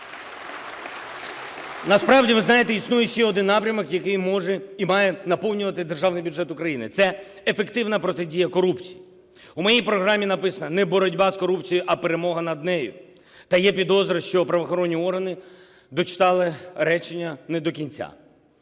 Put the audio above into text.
Насправді, ви знаєте, існує ще один напрямок, який може і має наповнювати державний бюджету України – це ефективна протидія корупції. В моїй програмі написано: "не боротьба з корупцією, а перемога над нею". Та є підозри, що правоохоронні органи дочитали речення не до кінця